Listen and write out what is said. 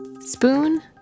spoon